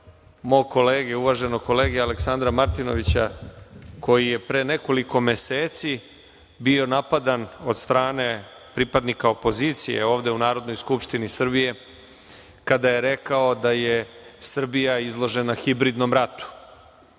mog uvaženog kolege Aleksandra Martinovića koji je pre nekoliko meseci bio napadan od strane pripadnika opozicije ovde u Narodnoj skupštini Srbije, kada je rekao da je Srbija izložena hibridnom ratu. Tada